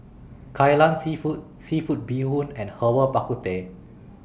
Kai Lan Seafood Seafood Bee Hoon and Herbal Bak Ku Teh